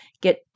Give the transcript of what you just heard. get